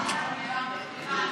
לגמרי.